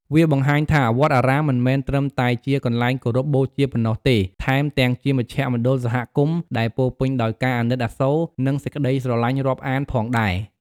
វាបង្ហាញថាវត្តអារាមមិនមែនត្រឹមតែជាកន្លែងគោរពបូជាប៉ុណ្ណោះទេ ថែមទាំងជាមជ្ឈមណ្ឌលសហគមន៍ដែលពោរពេញដោយការអាណិតអាសូរ និងសេចក្តីស្រលាញ់រាប់អានផងដែរ។